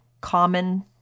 common